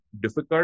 difficult